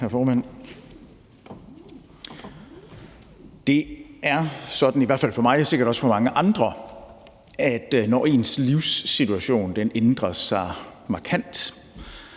mange andre, at når ens livssituation ændrer sig markant,